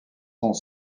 sont